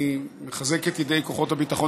אני מחזק את ידי כוחות הביטחון.